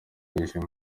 mwijima